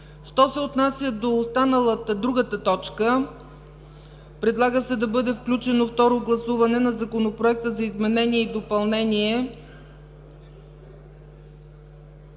Що се отнася до другата точка – предлага се да бъде включено второ гласуване на Законопроекта за изменение и допълнение